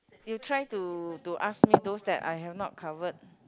you try to to ask me those that I have not covered